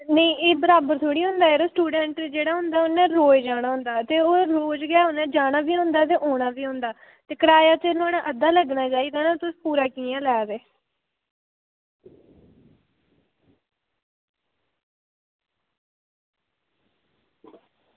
नेईं एह् बराबर थोह्ड़े होंदा ऐ स्टूडेंट जेह्ड़ा होंदा उन्ने रोज़ जाना होंदा ते रोज़ गै इन्ने जाना बी होंदा ते औना बी होंदा ते किराया नुहाड़ा अद्धा लग्गना चाहिदा ना तुस पूरा कियां ले दे